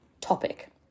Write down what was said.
topic